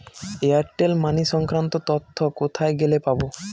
Airtel money সংক্রান্ত তথ্য কোথায় গেলে পাব?